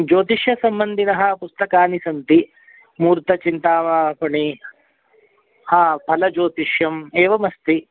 ज्योतिषसम्बन्धीनि पुस्तकानि सन्ति मुहूर्तचिन्तामणिः ह फलज्योतिष्यम् एवम् अस्ति